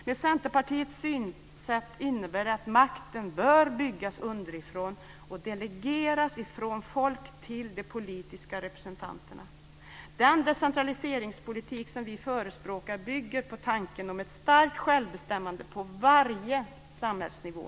Med Centerpartiets synsätt innebär det att makten bör byggas underifrån och delegeras från folk till de politiska representanterna. Den decentraliseringspolitik som vi förespråkar bygger på tanken om ett starkt självbestämmande på varje samhällsnivå.